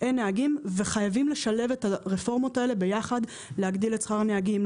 אין נהגים וחייבים לשלב את הרפורמות האלה ביחד להגדיל את שכר הנהגים,